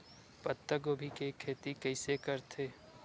पत्तागोभी के खेती कइसे करथे?